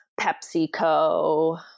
PepsiCo